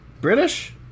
British